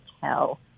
tell